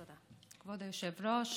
תודה, כבוד היושב-ראש.